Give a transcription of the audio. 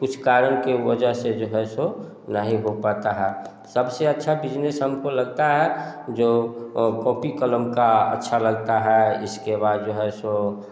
कुछ कारण के वजह से जो है सो नहीं हो पता है सब से अच्छा बिजनेस हम को लगता है जो कॉपी क़लम का अच्छा लगता है इसके बाद जो है सो